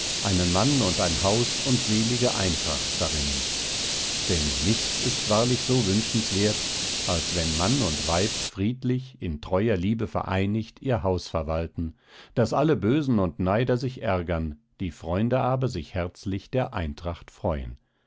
einen mann und ein haus und selige eintracht darinnen denn nichts ist wahrlich so wünschenswert als wenn mann und weib friedlich in treuer liebe vereinigt ihr haus verwalten daß alle bösen und neider sich ärgern die freunde aber sich herzlich der eintracht freuen